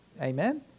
Amen